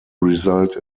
result